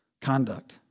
conduct